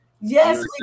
Yes